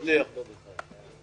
על חברי הכנסת וגם על שרים וסגני שרים.